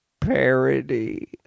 parody